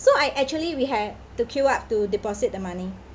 so I actually we had to queue up to deposit the money